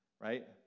right